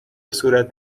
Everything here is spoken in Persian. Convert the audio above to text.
صورت